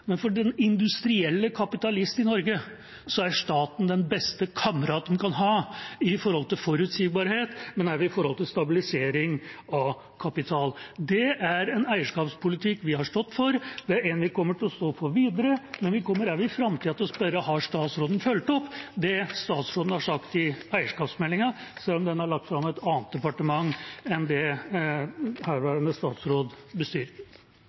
men for den industrielle kapitalist i Norge er staten den beste kamerat en kan ha når det gjelder både forutsigbarhet og stabilisering av kapital. Det er en eierskapspolitikk vi har stått for, og vil stå for videre. Men vi kommer også i framtida til å spørre om statsråden har fulgt opp det statsråden har sagt i eierskapsmeldinga, selv om den er lagt fram av et annet departement enn det